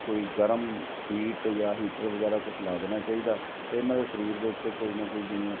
ਕੋਈ ਗਰਮ ਹੀਟ ਜਾਂ ਹੀਟਰ ਵਗੈਰਾ ਕੁਛ ਲਗਾ ਦੇਣਾ ਚਾਹੀਦਾ ਅਤੇ ਇਹਨਾਂ ਦੇ ਸਰੀਰ ਦੇ ਉੱਤੇ ਕੋਈ ਨਾ ਕੋਈ ਜਿਵੇਂ